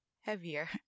heavier